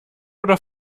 oder